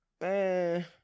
man